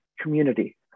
community